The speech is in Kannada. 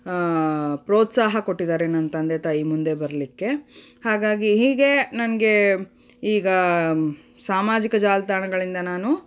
ಪ್ರೋತ್ಸಾಹ ಕೊಟ್ಟಿದ್ದಾರೆ ನನ್ನ ತಂದೆ ತಾಯಿ ಮುಂದೆ ಬರಲಿಕ್ಕೆ ಹಾಗಾಗಿ ಹೀಗೇ ನನಗೆ ಈಗ ಸಾಮಾಜಿಕ ಜಾಲತಾಣಗಳಿಂದ ನಾನು